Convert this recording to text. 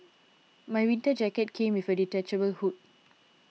my winter jacket came with a detachable hood